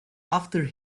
after